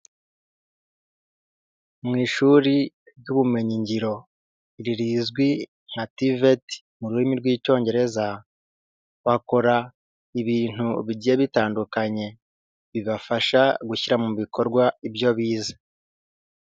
Mu ishuri ry'ubumenyingiro, iri rizwi nka TVT mu rurimi rw'Icyongereza, bakora ibintu bigiye bitandukanye, bibafasha gushyira mu bikorwa ibyo bize.